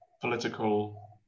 political